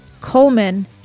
Coleman